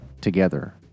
together